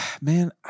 man